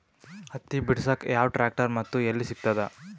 ಹತ್ತಿ ಬಿಡಸಕ್ ಯಾವ ಟ್ರ್ಯಾಕ್ಟರ್ ಮತ್ತು ಎಲ್ಲಿ ಸಿಗತದ?